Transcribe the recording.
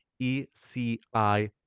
ECI